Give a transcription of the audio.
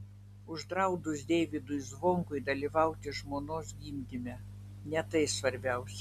uždraudus deivydui zvonkui dalyvauti žmonos gimdyme ne tai svarbiausia